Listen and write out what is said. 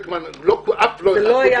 אף לא אחד,